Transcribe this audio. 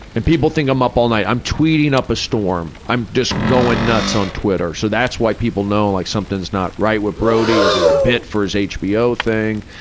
and people think i'm up all night. i'm tweeting up a storm, i'm just going nuts on twitter, so that's why people know like something's not right with brody. is it a bit for his hbo thing?